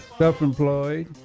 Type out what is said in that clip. self-employed